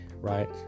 right